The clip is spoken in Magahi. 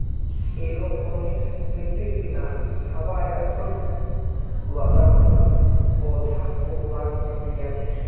एरोपोनिक्स मिट्टीर बिना हवा या धुंध वातावरणत पौधाक उगावार प्रक्रिया छे